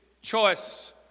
choice